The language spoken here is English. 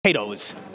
Potatoes